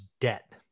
debt